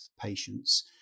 patients